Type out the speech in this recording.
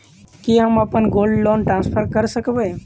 की हम अप्पन gold loan transfer करऽ सकबै?